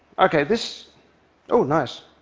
ok, this oh, nice.